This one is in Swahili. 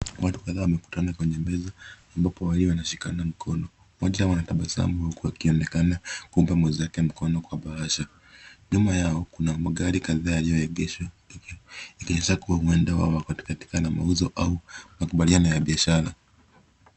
Watu kadhaa wamekutana kwenye meza ambapo wawili wanashikana mkono. Mmoja wao anatabasamu huku akionekana kumpa mwenzake mkono kwa bahasha. Nyuma yao kuna magari kadhaa yaliyoyageshwa. Ikionyesha kuwa huenda wao katika maana mauzo au makubaliano ya biashara.